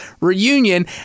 reunion